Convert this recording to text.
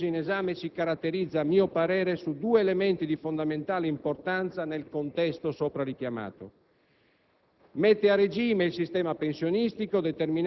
Nel complesso, quindi, il disegno di legge in esame si caratterizza, a mio parere, per due elementi di fondamentali importanza nel contesto sopra richiamato: